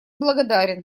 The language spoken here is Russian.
благодарен